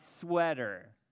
sweater